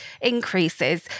increases